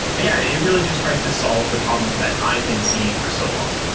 yeah, it really just tries to solve the problems that i've been seeing for so long.